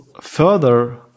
further